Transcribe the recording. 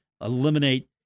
eliminate